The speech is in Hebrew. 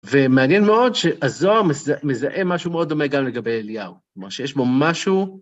ומעניין מאוד שהזוהר מזהה משהו מאוד דומה גם לגבי אליהו, זאת אומרת שיש בו משהו...